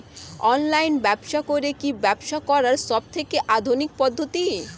Online ব্যবসা করে কি ব্যবসা করার সবথেকে আধুনিক পদ্ধতি?